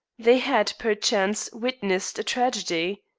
they had, perchance, witnessed a tragedy.